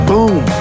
Boom